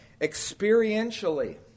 experientially